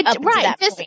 Right